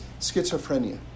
schizophrenia